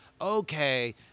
Okay